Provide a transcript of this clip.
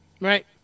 Right